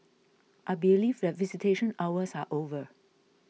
I believe that visitation hours are over